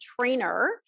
trainer